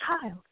child